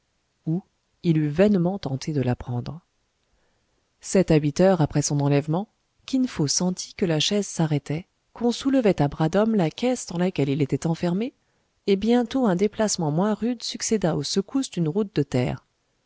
où il eût vainement tenté de l'apprendre sept à huit heures après son enlèvement kin fo sentit que la chaise s'arrêtait qu'on soulevait à bras d'hommes la caisse dans laquelle il était enfermé et bientôt un déplacement moins rude succéda aux secousses d'une route de terre